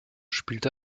spielt